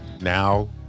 now